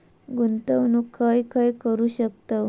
गुंतवणूक खय खय करू शकतव?